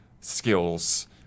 skills